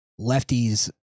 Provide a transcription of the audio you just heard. lefties